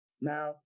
Now